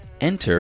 enter